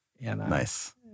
Nice